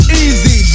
easy